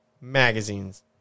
Magazines